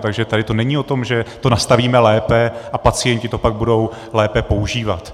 Takže tady to není o tom, že to nastavíme lépe a pacienti to pak budou lépe používat.